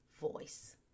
voice